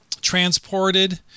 transported